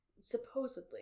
Supposedly